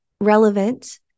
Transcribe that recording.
relevant